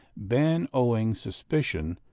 ban owing suspicion,